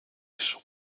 eso